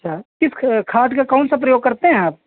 अच्छा किस ख खाद का कौन सा प्रयोग करते हैं आप